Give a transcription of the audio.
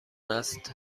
است